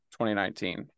2019